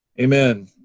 Amen